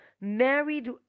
married